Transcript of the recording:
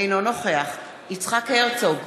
אינו נוכח יצחק הרצוג,